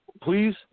Please